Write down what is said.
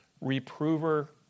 reprover